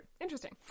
interesting